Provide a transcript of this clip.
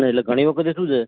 એટલે ઘણી વખતે શું છે